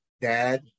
dad